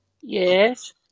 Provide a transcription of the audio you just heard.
yes